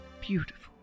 beautiful